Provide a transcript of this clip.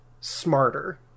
smarter